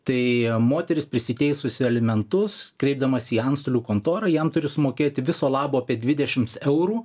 tai moteris prisiteisusi alimentus kreipdamasi į antstolių kontorą jam turi sumokėti viso labo apie dvidešims eurų